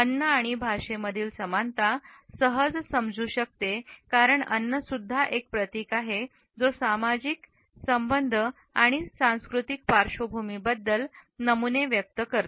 अन्न आणि भाषेमधील समानता सहज समजू शकते कारण अन्न सुद्धा एक प्रतीक आहे जो सामाजिक संबंध आणि सांस्कृतिक पार्श्वभूमीबद्दल नमुने व्यक्त करतो